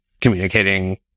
communicating